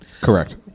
Correct